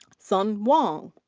sen wang.